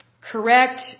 correct